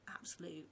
absolute